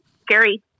scary